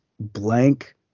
Blank